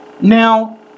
Now